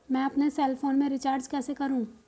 मैं अपने cell phone में रिचार्ज कैसे करूँ?